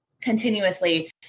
continuously